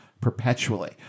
perpetually